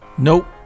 Nope